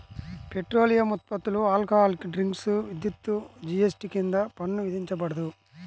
petroleum ఉత్పత్తులు, alcoholic drinks, విద్యుత్పై GST కింద పన్ను విధించబడదు